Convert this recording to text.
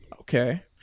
okay